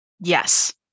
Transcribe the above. yes